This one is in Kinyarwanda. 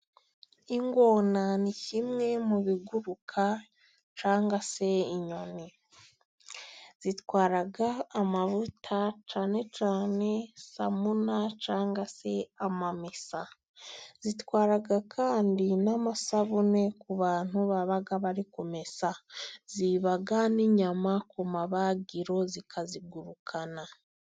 Ingona ni kimwe mu biguruka cyangwa se inyoni zitwara amavuta cyane cyane samuna cyangwa se amamesa. Zitwara kandi n'amasabune ku bantu baba bari kumesa, ziba n'inyama ku mabagiro zikazigurukana.